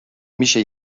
میشه